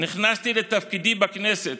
נכנסתי לתפקידי בכנסת,